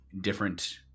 different